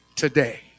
Today